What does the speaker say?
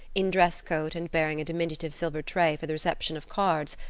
in dress coat and bearing a diminutive silver tray for the reception of cards,